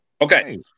Okay